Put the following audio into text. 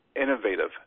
innovative